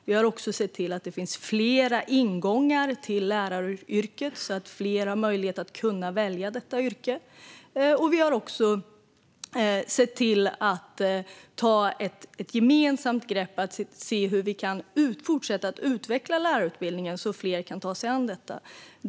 Vi har också sett till att det finns flera ingångar till läraryrket så att fler kan välja detta yrke, och vi tar ett gemensamt grepp för att se hur vi kan fortsätta att utveckla lärarutbildningen så att fler kan ta sig an detta.